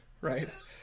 right